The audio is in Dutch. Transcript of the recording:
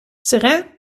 seraing